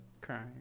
Crying